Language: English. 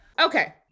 Okay